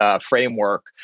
framework